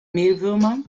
mehlwürmer